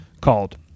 called